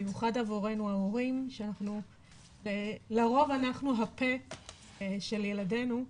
במיוחד עבורנו ההורים שאנחנו שלרוב אנחנו הפה של ילדינו,